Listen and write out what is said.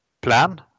plan